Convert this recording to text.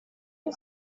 los